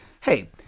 Hey